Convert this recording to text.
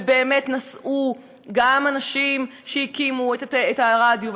ובאמת נסעו אנשים שהקימו את הרדיו,